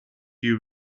you